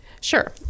Sure